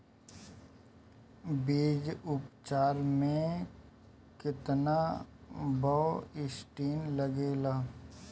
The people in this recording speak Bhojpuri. बीज उपचार में केतना बावस्टीन लागेला?